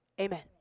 amen